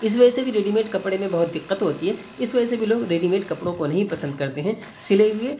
اس وجہ سے بھی ریڈی میڈ کپڑے میں بہت دقت ہوتی ہے اس وجہ سے بھی لوگ ریڈی میڈ کپڑوں کو نہیں پسند کرتے ہیں سلے ہوئے